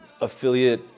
affiliate